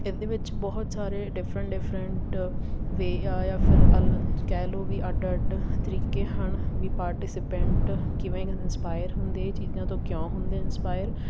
ਇਹਦੇ ਵਿੱਚ ਬਹੁਤ ਸਾਰੇ ਡਿਫਰੈਂਟ ਡਿਫਰੈਂਟ ਵੇਅ ਆ ਜਾਂ ਫਿਰ ਕਹਿ ਲਓ ਵੀ ਅੱਡ ਅੱਡ ਤਰੀਕੇ ਹਨ ਵੀ ਪਾਰਟੀਸੀਪੈਂਟ ਕਿਵੇਂ ਇੰਸਪਾਇਰ ਹੁੰਦੇ ਇਹ ਚੀਜ਼ਾਂ ਤੋਂ ਕਿਉਂ ਹੁੰਦੇ ਇੰਸਪਾਇਰ